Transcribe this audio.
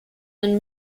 ein